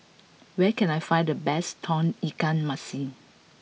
where can I find the best Tauge Ikan Masin